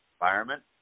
environment